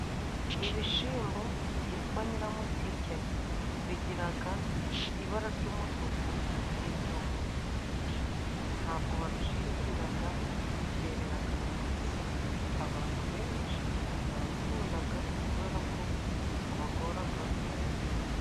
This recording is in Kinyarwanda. Ibishimbo byitwa nyiramutike, bigiraga ibara ry'umutuku n'iry'umweru. Ntabwo babishingiriraga byeraga hasi. Abantu benshi barabikundaga kubera ko bitabagoraga mu kubihinga.